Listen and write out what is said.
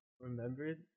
remembered